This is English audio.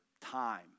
time